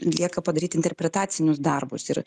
lieka padaryt interpretacinius darbus ir